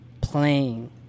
playing